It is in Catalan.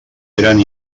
eren